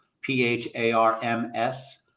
p-h-a-r-m-s